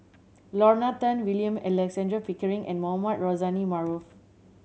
Lorna Tan William Alexander Pickering and Mohamed Rozani Maarof